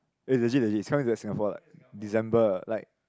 eh legit legit he's coming to Singapore like December like